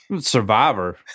Survivor